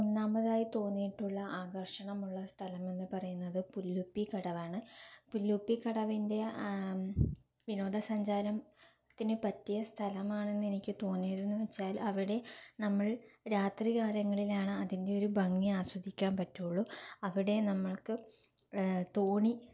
ഒന്നാമതായി തോന്നിയിട്ടുള്ള ആകര്ഷണമുള്ള സ്ഥലമെന്ന് പറയുന്നത് പുല്ലുപ്പിക്കടവാണ് പുല്ലൂപ്പിക്കടവിന്റെ വിനോദസഞ്ചാരത്തിന് പറ്റിയ സ്ഥലമാണെന്ന് എനിക്ക് തോന്നിയതെന്ന് വെച്ചാൽ അവിടെ നമ്മള് രാത്രികാലങ്ങളിലാണ് അതിന്റെയൊരു ഭംഗി ആസ്വദിക്കാന് പറ്റുള്ളൂ അവിടെ നമുക്ക് തോണി